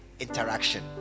interaction